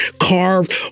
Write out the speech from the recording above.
carved